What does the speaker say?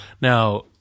Now